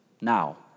Now